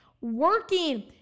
working